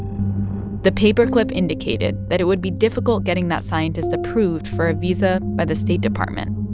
the paper clip indicated that it would be difficult getting that scientist approved for a visa by the state department